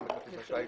גם בכרטיס אשראי,